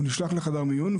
הוא נשלח לחדר מיון,